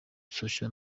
sacha